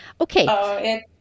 okay